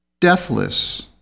deathless